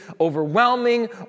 overwhelming